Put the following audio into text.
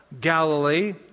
Galilee